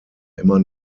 immer